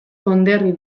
konderri